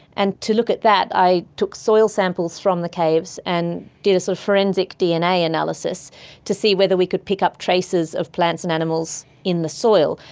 and to look at that i took soil samples from the caves and did a so forensic dna analysis to see whether we could pick up traces of plants and animals in the soil,